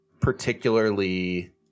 particularly